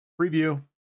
preview